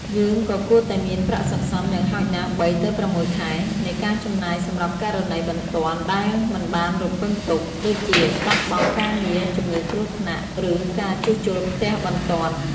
យើងក៏គួរតែមានប្រាក់សន្សំយ៉ាងហោចណាស់ ៣ ទៅ ៦ ខែនៃការចំណាយសម្រាប់ករណីបន្ទាន់ដែលមិនបានរំពឹងទុក ដូចជាបាត់បង់ការងារ ជំងឺគ្រោះថ្នាក់ ឬការជួសជុលផ្ទះបន្ទាន់។